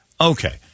Okay